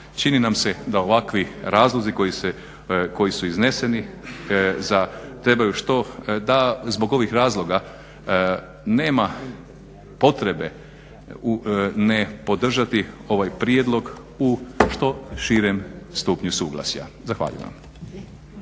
Čini nam se da ovakvi razlozi koji se, koji su izneseni za, trebaju što, da zbog ovih razloga nema potrebe, ne podržati ovaj prijedlog u što širem stupnju suglasja. Zahvaljujem.